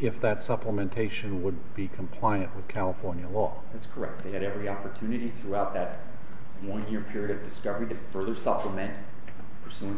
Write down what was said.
if that supplementation would be compliant with california law that's correct they had every opportunity throughout that one year period of discovery